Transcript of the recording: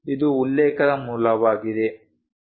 ಇದು ಉಲ್ಲೇಖದ ಮೂಲವಾಗಿದೆ